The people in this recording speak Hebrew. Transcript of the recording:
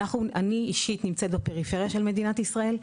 אני אישית נמצאת בפריפריה של מדינת ישראל,